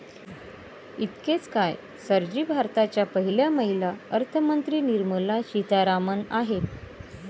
इतकेच काय, सर जी भारताच्या पहिल्या महिला अर्थमंत्री निर्मला सीतारामन आहेत